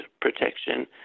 protection